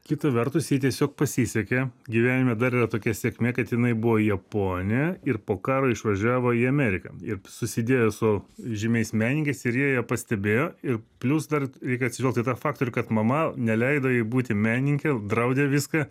kita vertus jai tiesiog pasisekė gyvenime dar yra tokia sėkmė kad jinai buvo japone ir po karo išvažiavo į ameriką ir susidėjo su žymiais menininkais ir jie ją pastebėjo ir plius dar reik atsižvelgt į tą faktorių kad mama neleido jai būti menininke draudė viską